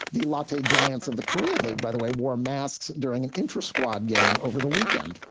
the latin giants of the korean league, by the way, wore masks during an interest squad game over the weekend.